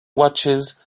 watches